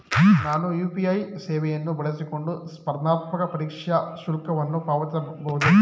ನಾನು ಯು.ಪಿ.ಐ ಸೇವೆಯನ್ನು ಬಳಸಿಕೊಂಡು ಸ್ಪರ್ಧಾತ್ಮಕ ಪರೀಕ್ಷೆಯ ಶುಲ್ಕವನ್ನು ಪಾವತಿಸಬಹುದೇ?